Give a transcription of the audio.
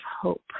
hope